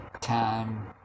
time